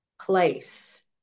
place